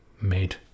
made